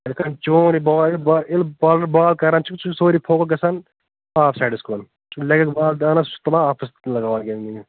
ییٚلہِ کانٚہہ چور ییٚلہِ با ییٚلہِ با ییٚلہِ بالر بال کران چھُ ژےٚ چھُے سورٕے فوکَس گَژھان آف سایِڈَس کُن سُہ چھُ لٮ۪گَس بال ڈالان ژٕ چھُکھ تُلان آفَس کُن لگاوان گِنٛدنہِ